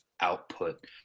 output